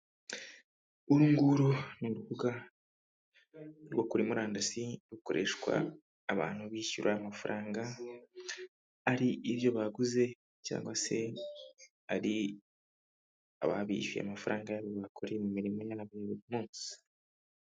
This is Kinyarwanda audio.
Uru nguru ni urubuga rwo kuri murandasi rukoreshwa abantu bishyura amafaranga, ari ibyo baguze cyangwa se ari ababishyuye amafaranga yabo bakoreye mu mirimo yabo ya buri munsi.